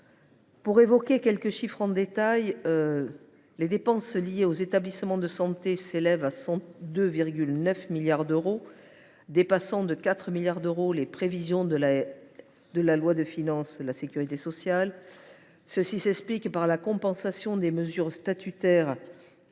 J’évoquerai quelques chiffres en détail. Les dépenses liées aux établissements de santé s’élèvent à 102,9 milliards d’euros, dépassant de 4 milliards d’euros les prévisions de la loi de financement de la sécurité sociale. Cela s’explique par la compensation des mesures statutaires